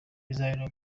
bizabera